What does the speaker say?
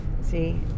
see